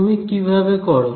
তুমি কি ভাবে করো